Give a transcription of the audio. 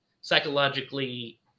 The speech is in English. psychologically